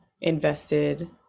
invested